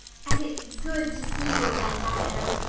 and it's good to see you again, diana!